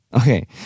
Okay